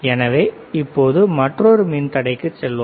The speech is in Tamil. எனவே இப்போது மற்றொரு மின் தடைக்குச் செல்லலாம்